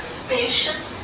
spacious